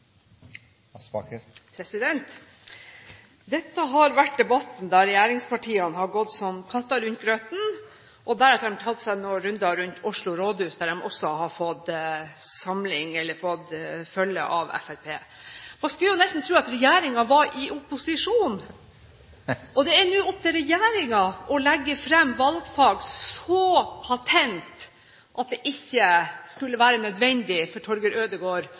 har de tatt seg noen runder rundt Oslo rådhus, der de også har fått følge av Fremskrittspartiet. Man skulle nesten tro at regjeringen var i opposisjon. Det er nå opp til regjeringen å legge fram valgfag så patent at det ikke skulle være nødvendig for Torger